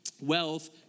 Wealth